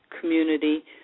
community